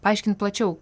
paaiškint plačiau